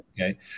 Okay